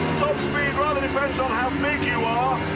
top speed rather depends on how big you